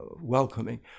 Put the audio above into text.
welcoming